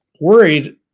worried